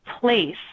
place